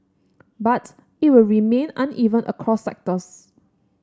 but it will remain uneven across sectors